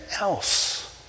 else